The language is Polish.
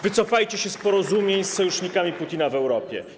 Wycofajcie się z porozumień z sojusznikami Putina w Europie.